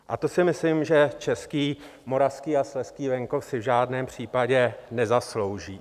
A to si myslím, že český, moravský a slezský venkov si v žádném případě nezaslouží.